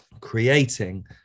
creating